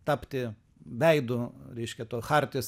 tapti veidu reiškia to chartijos